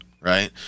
right